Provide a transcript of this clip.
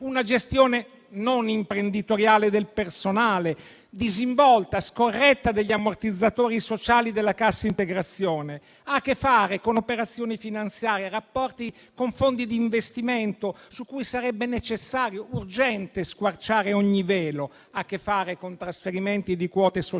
una gestione non imprenditoriale, ma disinvolta e scorretta del personale, degli ammortizzatori sociali, della cassa integrazione. Ha a che fare con operazioni finanziarie e rapporti con fondi di investimento su cui sarebbe necessario e urgente squarciare ogni velo; ha a che fare con trasferimenti di quote societarie